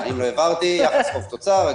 אני מתכוון ליחס חוב-תוצר,